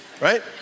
right